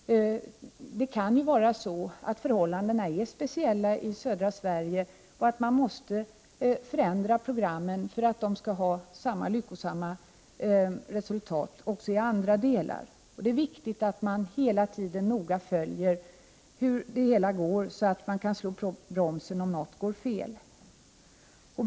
Förhållandena kan vara speciella i södra Sverige, och då måste man förändra programmen för att de skall ha samma lyckosamma effekt också på andra platser. Det är viktigt att man hela tiden noga följer hur det hela går, så att man kan slå till bromsen om något går fel.